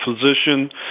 physician